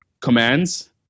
commands